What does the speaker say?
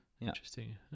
Interesting